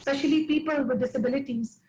especially people with disabilities.